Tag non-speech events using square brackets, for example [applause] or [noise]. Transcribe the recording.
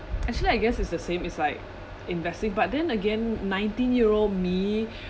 actually I guess it's the same is like investing but then again nineteen year old me [breath]